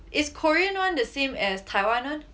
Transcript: is korean [one] the same as taiwan [one]